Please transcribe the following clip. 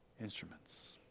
instruments